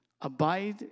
Abide